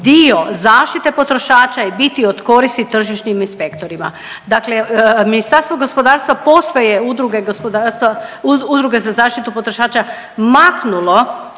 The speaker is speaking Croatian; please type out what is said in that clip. dio zaštite potrošača i biti od koristi tržišnim inspektorima. Dakle, Ministarstvo gospodarstva posve je udruge za zaštitu potrošača maknulo